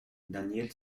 daniel